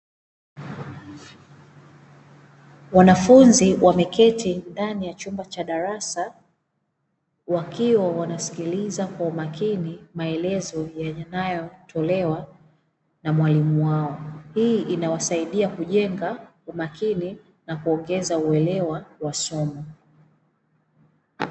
Wanafunzi wameketi ndani ya chumba cha darasa wakiwa wanasikiliza kwa makini maelezo yanayotolewa na mwalimu wao, hii inawasaidia kujenga kwa umakini na kuongeza uelewa wa masomo.